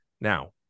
Now